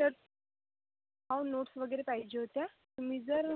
तर अहो नोट्स वगैरे पाहिजे होत्या तुम्ही जर